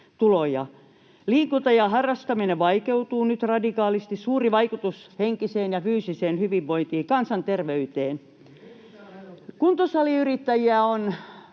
Liikunta ja harrastaminen vaikeutuu nyt radikaalisti — suuri vaikutus henkiseen ja fyysiseen hyvinvointiin, kansanterveyteen. [Vasemmistoliiton